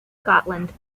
scotland